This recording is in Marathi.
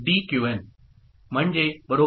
Qn D D